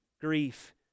grief